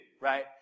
right